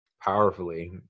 powerfully